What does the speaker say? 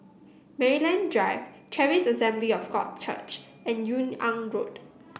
Maryland Drive Charis Assembly of God Church and Yung An Road